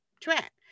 track